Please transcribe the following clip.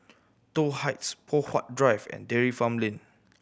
Toh Heights Poh Huat Drive and Dairy Farm Lane